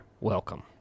welcome